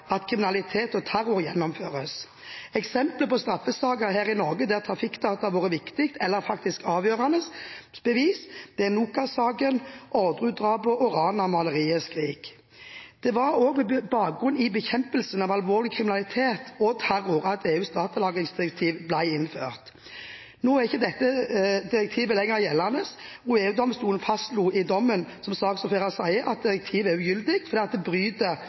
at kriminalitet og terror gjennomføres. Eksempler på straffesaker her i Norge der trafikkdata har vært viktige – eller faktisk avgjørende – bevis, er NOKAS-saken, Orderud-drapene og ranet av maleriet «Skrik». Det var også med bakgrunn i bekjempelse av alvorlig kriminalitet og terror at EUs datalagringsdirektiv ble i innført. Nå er ikke dette direktivet lenger gjeldende, som saksordfører sa. EU-domstolen fastslo i en dom at direktivet er ugyldig fordi det bryter